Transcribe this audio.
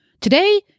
Today